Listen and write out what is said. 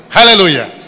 Hallelujah